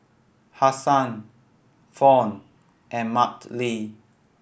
Hassan Fawn and Marty